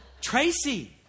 Tracy